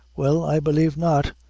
well, i b'lieve not.